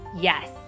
yes